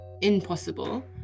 impossible